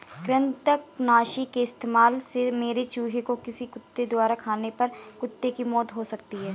कृतंकनाशी के इस्तेमाल से मरे चूहें को किसी कुत्ते द्वारा खाने पर कुत्ते की मौत हो सकती है